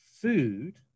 food